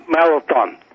marathon